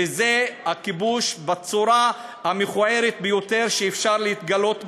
וזה הכיבוש בצורה המכוערת ביותר שאפשר להתגלות בה.